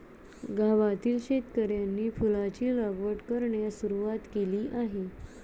गावातील शेतकऱ्यांनी फुलांची लागवड करण्यास सुरवात केली आहे